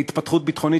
התפתחות ביטחונית